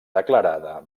declarada